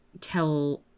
tell